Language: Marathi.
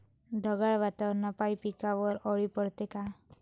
ढगाळ वातावरनापाई पिकावर अळी पडते का?